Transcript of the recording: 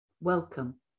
welcome